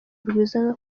rwiza